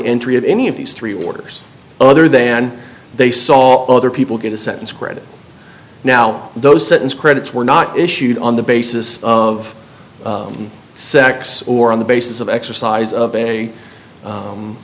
entry of any of these three orders other than they saw other people get a sentence credit now those sentence credits were not issued on the basis of sex or on the basis of exercise of a